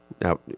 Now